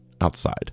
outside